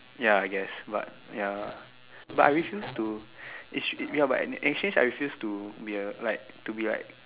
ya I guess but ya but I refuse to it's ya but in exchange I refuse to be a like to be like